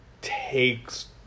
takes